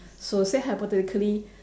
so say hypothetically